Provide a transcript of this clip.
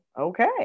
okay